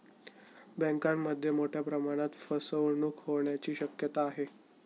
बँकांमध्ये मोठ्या प्रमाणात फसवणूक होण्याची शक्यता आहे